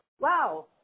Wow